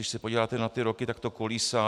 Když se podíváte na ty roky, tak to kolísá.